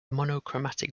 monochromatic